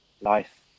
Life